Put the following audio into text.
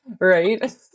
right